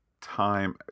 time